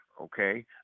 okay